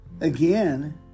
Again